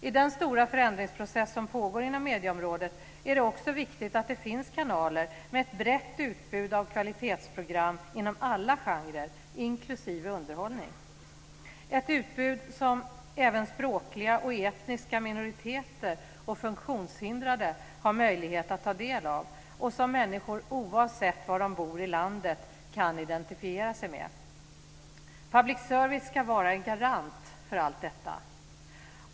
I den stora förändringsprocess som pågår inom medieområdet är det också viktigt att det finns kanaler med ett brett utbud av kvalitetsprogram inom alla genrer, inklusive underhållning, ett utbud som även språkliga och etniska minoriteter och funktionshindrade har möjlighet att ta del av och som människor oavsett var de bor i landet kan identifiera sig med. Public service ska vara en garant för allt detta.